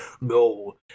no